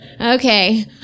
Okay